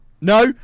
No